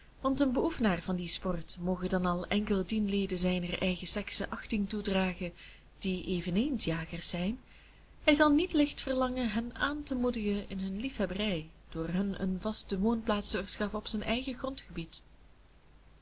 want een beoefenaar van die sport moge dan al enkel dien leden zijner eigen sekse achting toedragen die eveneens jagers zijn hij zal niet licht verlangen hen aan te moedigen in hun liefhebberij door hun een vaste woonplaats te verschaffen op zijn eigen grondgebied